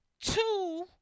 two